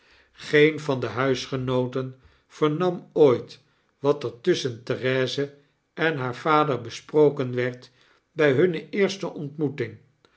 geen van de huisgenooten vernam ooit wat er tusschen therese en haar vader besproken werd bij hunne eerste ontmoeting